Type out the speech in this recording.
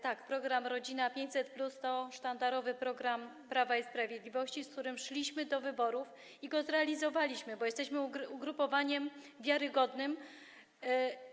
Tak, program „Rodzina 500+” to sztandarowy program Prawa i Sprawiedliwości, z którym szliśmy do wyborów i go zrealizowaliśmy, bo jesteśmy ugrupowaniem wiarygodnym.